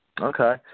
Okay